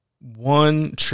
One